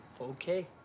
Okay